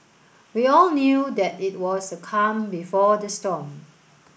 we all knew that it was the calm before the storm